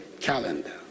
calendar